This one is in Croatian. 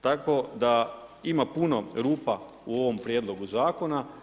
Tako da ima puno rupa u ovom Prijedlogu zakona.